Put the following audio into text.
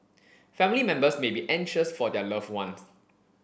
family members may be anxious for their loved ones